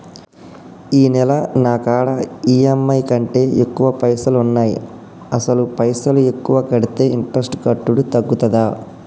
ఈ నెల నా కాడా ఈ.ఎమ్.ఐ కంటే ఎక్కువ పైసల్ ఉన్నాయి అసలు పైసల్ ఎక్కువ కడితే ఇంట్రెస్ట్ కట్టుడు తగ్గుతదా?